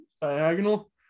Diagonal